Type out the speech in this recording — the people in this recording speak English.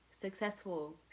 successful